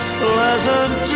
Pleasant